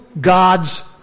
God's